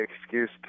excuse